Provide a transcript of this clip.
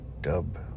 Dub